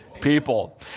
people